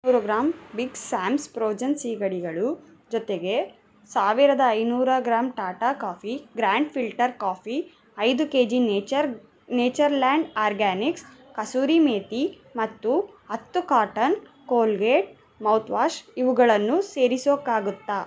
ನೂರು gram big Sam's frozen ಸೀಗಡಿಗಳು ಜೊತೆಗೆ ಸಾವಿರದ ಐನೂರು gram Tata coffee grand filter coffee ಐದು K G nature natureland organics kasuri methi ಮತ್ತು ಹತ್ತು ಕಾರ್ಟನ್ ಕೋಲ್ಗೇಟ್ ಮೌತ್ವಾಶ್ ಇವುಗಳನ್ನು ಸೇರಿಸೋಕ್ಕಾಗುತ್ತಾ